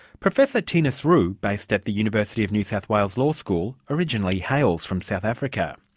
professor theunis roux, based at the university of new south wales law school, originally hails from south africa.